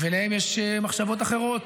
ולהם יש מחשבות אחרות.